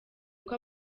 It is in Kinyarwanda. uko